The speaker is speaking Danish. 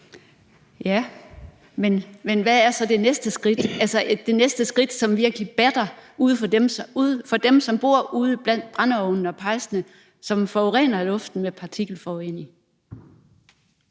skridt, altså det næste skridt, som virkelig batter noget for dem, som bor ude blandt brændeovnene og pejsene, der forurener luften med partikelforurening?